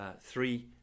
Three